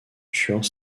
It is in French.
tuant